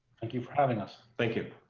thank you for having us. thank you.